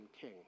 king